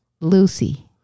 Lucy